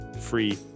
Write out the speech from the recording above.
free